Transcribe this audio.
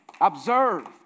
Observe